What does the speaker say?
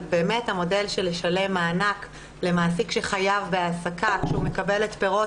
המודל לשלם מענק למעסיק שחייב בהעסקה כשהוא מקבל את פירות